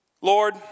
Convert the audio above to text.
Lord